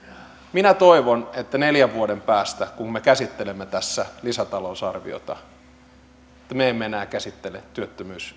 minä toivon että neljän vuoden päästä kun me käsittelemme tässä lisätalousarviota me emme enää käsittele työttömyys